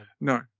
No